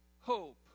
hope